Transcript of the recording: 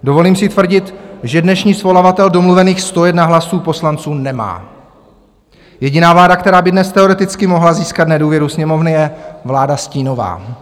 Dovolím si tvrdit, že dnešní svolavatel domluvených 101 hlasů poslanců nemá, jediná vláda, která by dnes teoreticky mohla získat nedůvěru Sněmovny, je vláda stínová.